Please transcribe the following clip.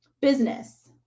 business